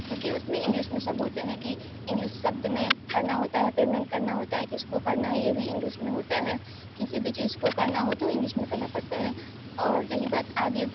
क्योंकि उस में इंग्लिश में सब होते हैं कि इंग्लिस शब्द में करना होता है पेमेंट करना होता है किसको करना है ये भी इंग्लिश में होता है किसी भी चीज़ को करना हो तो इंग्लिश में करना पड़ता है और रही बात आगे